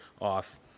off